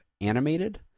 Animated